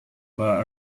bar